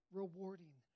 rewarding